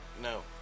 No